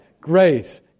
Grace